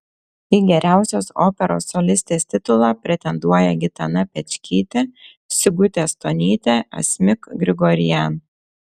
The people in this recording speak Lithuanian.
į geriausios operos solistės titulą pretenduoja gitana pečkytė sigutė stonytė asmik grigorian